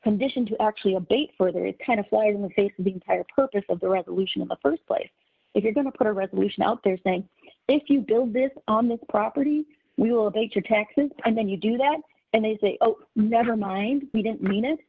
condition to actually abate further it's kind of flies in the face of being tired purpose of the resolution of the st place if you're going to put a resolution out there saying if you build this on this property we will take your taxes and then you do that and they say oh never mind we didn't mean it